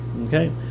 Okay